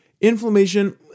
Inflammation